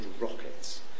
rockets